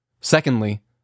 Secondly